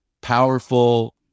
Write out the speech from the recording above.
powerful